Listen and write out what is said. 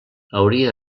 hauria